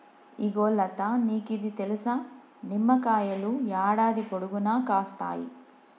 ఇగో లతా నీకిది తెలుసా, నిమ్మకాయలు యాడాది పొడుగునా కాస్తాయి